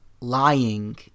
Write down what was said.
lying